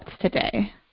today